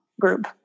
group